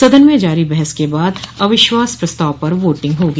सदन में जारी बहस के बाद अविश्वास प्रस्ताव पर वोटिंग होगी